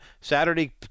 Saturday